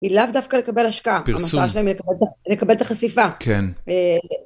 היא לאו דווקא לקבל השקעה, המטרה שלהם היא לקבל את החשיפה. כן.